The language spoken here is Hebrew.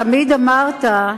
תמיד אמרת: